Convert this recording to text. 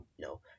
no